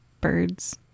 birds